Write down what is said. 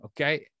okay